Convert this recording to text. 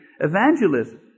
evangelism